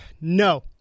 No